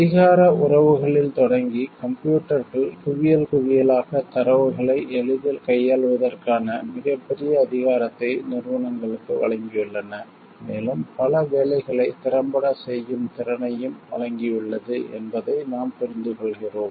அதிகார உறவுகளில் தொடங்கி கம்ப்யூட்டர்கள் குவியல் குவியலாக தரவுகளை எளிதில் கையாள்வதற்கான மிகப்பெரிய அதிகாரத்தை நிறுவனங்களுக்கு வழங்கியுள்ளன மேலும் பல வேலைகளை திறம்பட செய்யும் திறனையும் வழங்கியுள்ளது என்பதை நாம் புரிந்துகொள்கிறோம்